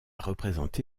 représenté